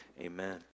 Amen